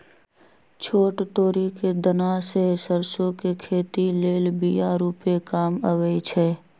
छोट तोरि कें दना से सरसो के खेती लेल बिया रूपे काम अबइ छै